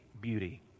beauty